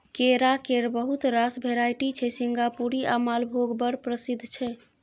केरा केर बहुत रास भेराइटी छै सिंगापुरी आ मालभोग बड़ प्रसिद्ध छै